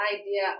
idea